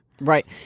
Right